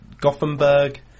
Gothenburg